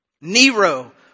Nero